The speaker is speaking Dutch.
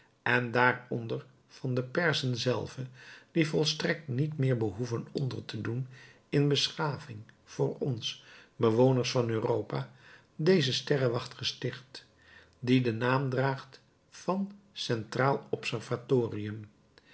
en daaronder van de persen zelve die volstrekt niet meer behoeven onder te doen in beschaving voor ons bewoners van europa deze sterrenwacht gesticht die den naam draagt van centraal observatorium